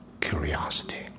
curiosity